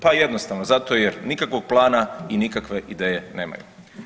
Pa jednostavno, zato jer nikakvog plana i nikakve ideje nemaju.